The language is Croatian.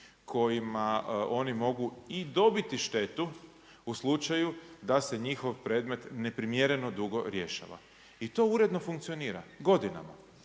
kojima oni mogu i dobiti štetu u slučaju da se njihov predmet neprimjereno dugo rješava. I to uredno funkcionira godinama.